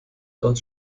dort